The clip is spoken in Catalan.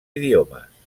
idiomes